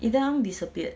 eden ang disappeared